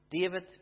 David